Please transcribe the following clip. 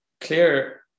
clear